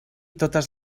totes